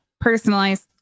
personalized